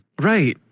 Right